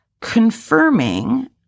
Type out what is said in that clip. confirming